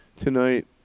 tonight